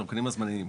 הדרכונים הזמניים.